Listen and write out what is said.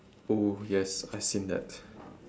oh yes I've seen that